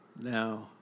Now